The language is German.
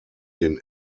den